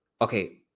okay